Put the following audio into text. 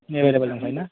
available दंखायो ना